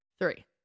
Three